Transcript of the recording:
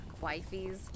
Wifey's